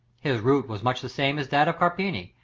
his route was much the same as that of carpini,